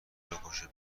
بکشه